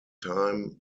time